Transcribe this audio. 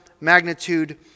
magnitude